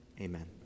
amen